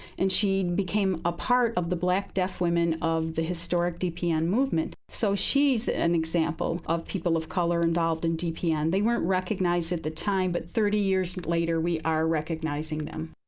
and she became a part of the black deaf women of the historic dpn movement. so she's an example of people of color involved in dpn. they weren't recognized at the time, but thirty years later, we are recognizing them.